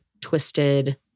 twisted